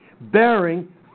Bearing